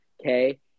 okay